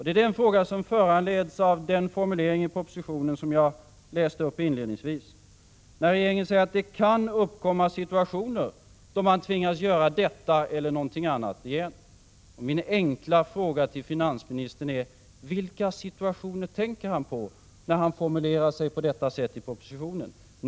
Det är den fråga som föranleds av den formulering i propositionen som jag läste upp inledningsvis, när regeringen säger att det kan uppkomma situationer då man tvingas göra detta eller någonting annat igen. Min enkla fråga är: Vilka situationer tänker finansministern på när han formulerar sig på detta sätt i propositionen?